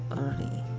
early